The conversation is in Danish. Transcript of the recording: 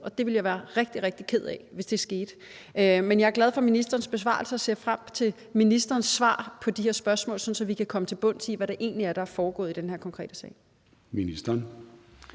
og jeg ville være rigtig, rigtig ked af det, hvis det skete. Men jeg er glad for ministerens besvarelse og ser frem til ministerens svar på de her spørgsmål, sådan at vi kan komme til bunds i, hvad det egentlig er, der er foregået i den her konkrete sag.